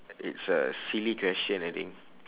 it's a silly question I think